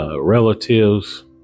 Relatives